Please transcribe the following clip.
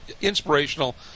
inspirational –